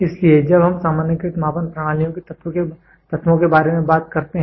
इसलिए जब हम सामान्यीकृत मापन प्रणालियों के तत्वों के बारे में बात करते हैं